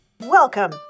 Welcome